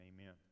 amen